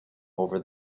over